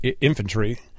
infantry